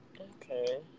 Okay